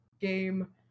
game